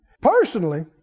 Personally